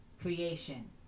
creation